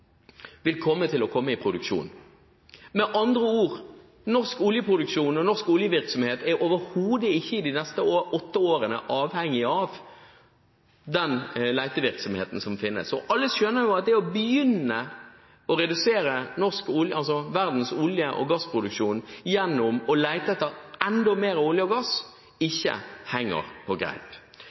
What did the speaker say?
vil komme i produksjon. Med andre ord er norsk oljeproduksjon og norsk oljevirksomhet de neste åtte årene overhodet ikke avhengig av den letevirksomheten som finnes. Og alle skjønner at det å begynne å redusere verdens olje- og gassproduksjon gjennom å lete etter enda mer olje og gass, ikke henger på greip.